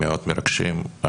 מאוד מרגשים.